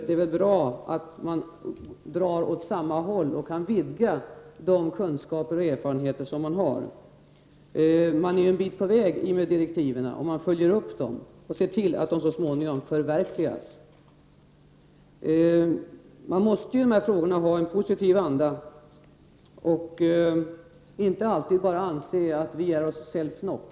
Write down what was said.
Det är väl bra att man drar åt samma håll och kan vidga de kunskaper och erfarenheter som man har. Man kommer en bit på väg i och med direktiven om man följer upp dem och ser till att de så småningom förverkligas. När det gäller dessa frågor måste man ha en positiv anda och inte alltid bara anse att vi är oss själva nog.